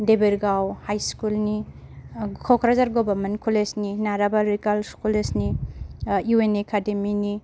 देबोरगाव high school नि Kokrajhar government college नि Narabari girls college नि इउ एन एकाडेमि नि